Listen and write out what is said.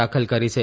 દાખલ કરી છે